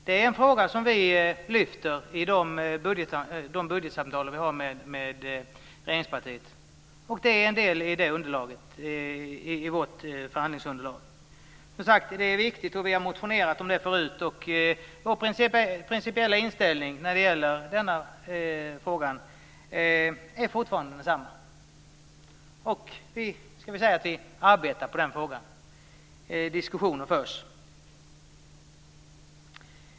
Det är en fråga som vi lyfter fram i de budgetsamtal som vi har med regeringspartiet. Och det är en del i vårt förhandlingsunderlag. Som sagt, det är viktigt, och vi har motionerat om det förut. Och vår principiella inställning när det gäller denna fråga är fortfarande densamma, och vi arbetar med den frågan. Diskussioner förs.